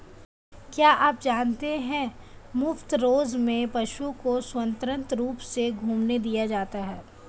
क्या आप जानते है मुफ्त रेंज में पशु को स्वतंत्र रूप से घूमने दिया जाता है?